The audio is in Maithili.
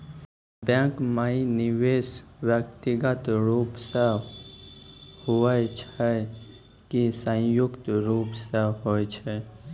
बैंक माई निवेश व्यक्तिगत रूप से हुए छै की संयुक्त रूप से होय छै?